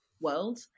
world